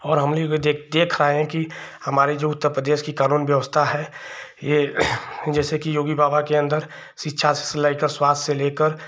और हमने वह देख आए हैं कि हमारे जो उत्तर प्रदेश की कानून व्यवस्था है यह जैसे कि योगी बाबा के अन्दर शिक्षा से लेकर स्वास्थ्य से लेकर